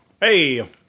Hey